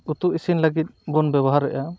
ᱩᱛᱩ ᱤᱥᱤᱱ ᱞᱟᱹᱜᱤᱫ ᱵᱚᱱ ᱵᱮᱵᱚᱦᱟᱨᱮᱜᱼᱟ